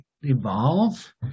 evolve